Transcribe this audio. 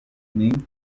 min